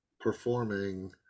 performing